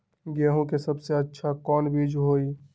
गेंहू के सबसे अच्छा कौन बीज होई?